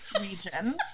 region